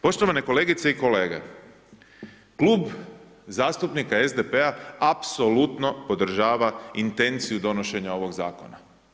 Poštovane kolegice i kolege, klub zastupnika SDP-a apsolutno podržava intenciju donošenja ovog Zakona.